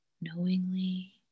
knowingly